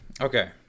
Okay